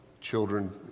children